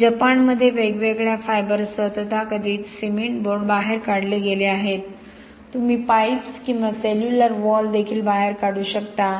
जपानमध्ये वेगवेगळ्या फायबरसह तथाकथित सिमेंट बोर्ड बाहेर काढले गेले आहेत तुम्ही पाईप्स किंवा सेल्युलर वॉल देखील बाहेर काढू शकता